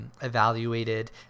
evaluated